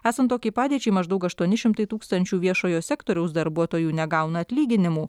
esant tokiai padėčiai maždaug aštuoni šimtai tūkstančių viešojo sektoriaus darbuotojų negauna atlyginimų